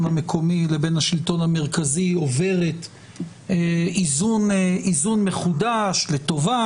המקומי לבין השלטון המרכזי עוברת איזון מחודש לטובה,